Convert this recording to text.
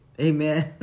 amen